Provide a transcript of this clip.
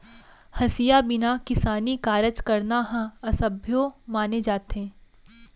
हँसिया बिना किसानी कारज करना ह असभ्यो माने जाथे